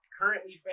currently